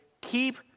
keep